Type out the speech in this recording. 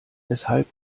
weshalb